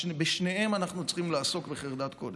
בשניהם אנחנו צריכים לעסוק בחרדת קודש,